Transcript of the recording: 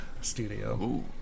studio